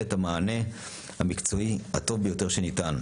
את המענה המקצועי הטוב ביותר שניתן.